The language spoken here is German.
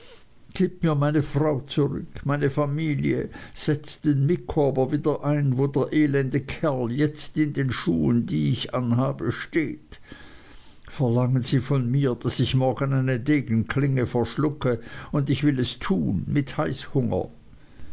gebt mir meine frau zurück meine familie setzt den micawber wieder ein wo der elende kerl jetzt in den schuhen die ich anhabe steht verlangen sie von mir daß ich morgen eine degenklinge verschlucke und ich will es tun mit heißhunger